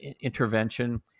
intervention